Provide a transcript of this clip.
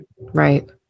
Right